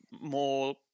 more